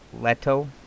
Leto